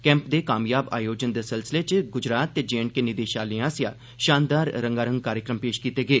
camp दे कामयाब आयोजन दे सिलसिले च गुजरात ते जेएंडक निदेशालयें आसेआ शानदार रंगारंग कार्यक्रम पेश कीते गे